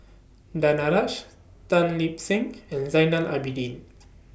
Danaraj Tan Lip Seng and Zainal Abidin